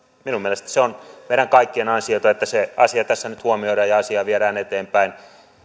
minun mielestäni se on meidän kaikkien ansiota että se asia tässä nyt huomioidaan ja asiaa viedään eteenpäin